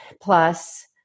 plus